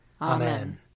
Amen